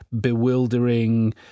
bewildering